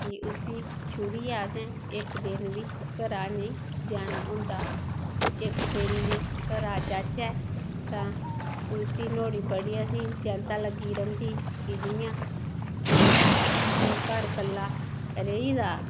कि उसी छोड़ियै असें इक दिन बी घरा नेई जाना होंदा इक दिन बी घरा जाचे तां उसी नुआढ़ी बडी आसेंगी चिंता लग्गी दी रौंहदी कि जियां कि ओह् घर इक्कला रेही दा